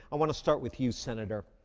i want to start with you, senator.